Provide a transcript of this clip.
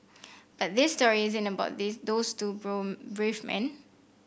but this story isn't about these those two brave men